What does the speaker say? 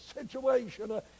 situation